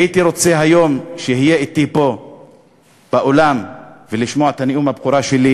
הייתי רוצה שהיום יהיה אתי פה באולם וישמע את נאום הבכורה שלי